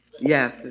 Yes